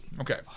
Okay